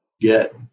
get